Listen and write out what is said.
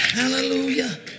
hallelujah